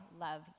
love